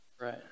Right